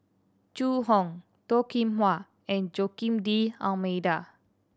Zhu Hong Toh Kim Hwa and Joaquim D'Almeida